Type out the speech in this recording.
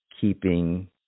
keeping